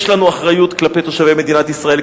יש לנו אחריות כלפי תושבי מדינת ישראל,